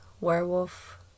werewolf